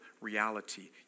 reality